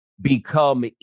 become